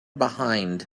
behind